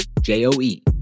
J-O-E